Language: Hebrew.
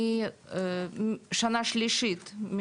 ושנה חמישית: